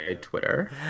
twitter